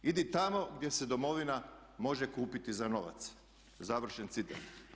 Idi tamo gdje se domovina može kupiti za novac." Završen citat.